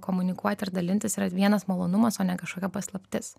komunikuot ir dalintis yra vienas malonumas o ne kažkokia paslaptis